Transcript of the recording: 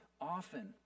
often